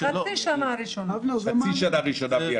חצי שנה ראשונה בלי אכיפה.